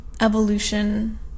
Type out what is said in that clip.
Evolution